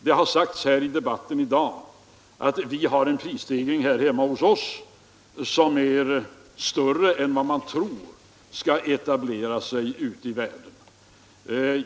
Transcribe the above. Det har sagts i dagens debatt att vi har en prisstegring här hemma hos oss som är större än vad man tror kommer att etablera sig ute i världen.